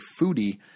foodie